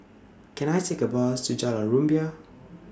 Can I Take A Bus to Jalan Rumbia